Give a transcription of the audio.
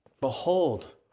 Behold